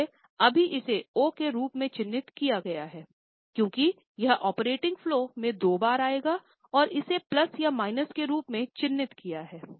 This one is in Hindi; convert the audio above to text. इसलिए अभी इसे ओ के रूप में चिह्नित किया है क्योंकि यह ऑपरेटिंग फलो में दो बार आएगा और इसे प्लस और माइनस के रूप में चिह्नित किया हैं